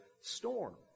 storm